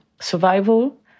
survival